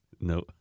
No